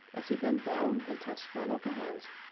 as he bent down and touched one of the hands.